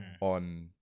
on